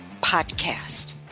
podcast